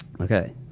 Okay